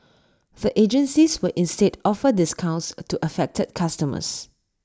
the agencies will instead offer discounts to affected customers